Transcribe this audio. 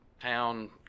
town